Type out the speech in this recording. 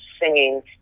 singing